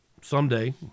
someday